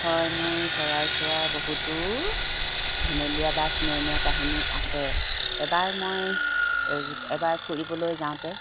হয় মোৰ চৰাই চোৱাৰ বহুতো ধেমেলীয়া বা স্মৰণীয় কাহিনী আছে এবাৰ মই এবাৰ ফুৰিবলৈ যাওঁতে